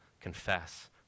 confess